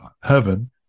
heaven